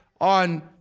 on